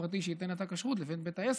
הפרטי שייתן את הכשרות לבין בית העסק.